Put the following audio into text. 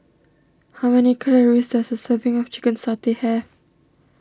how many calories does a serving of Chicken Satay have